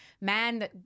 man